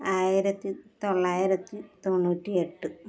ആയിരത്തി തൊള്ളായിരത്തി തൊണ്ണൂറ്റി എട്ട്